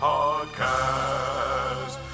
Podcast